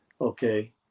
okay